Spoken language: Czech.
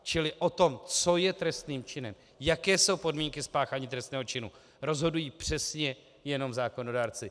O tom, co je trestným činem, jaké jsou podmínky spáchání trestného činu, rozhodují přesně jenom zákonodárci.